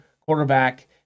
quarterback